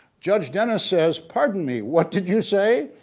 judge dennis says pardon me, what did you say,